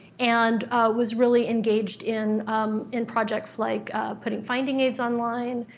and was really engaged in um in projects like putting finding aids online,